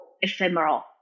ephemeral